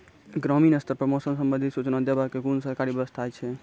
ग्रामीण स्तर पर मौसम संबंधित सूचना देवाक कुनू सरकारी व्यवस्था ऐछि?